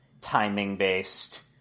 timing-based